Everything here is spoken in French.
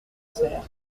auxerre